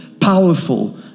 powerful